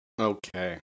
okay